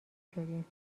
شدیم